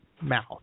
mouth